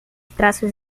traços